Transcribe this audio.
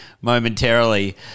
momentarily